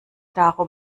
darum